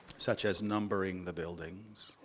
such as numbering the buildings.